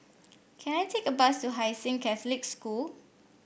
can I take a bus to Hai Sing Catholic School